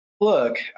Look